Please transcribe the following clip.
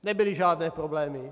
Nebyly žádné problémy.